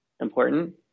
important